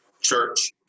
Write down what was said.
church